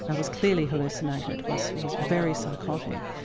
and was clearly hallucinated, was was very psychotic,